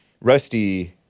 Rusty